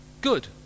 good